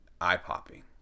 eye-popping